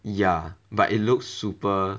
ya but it looks super